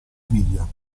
figlia